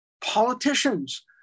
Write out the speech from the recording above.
politicians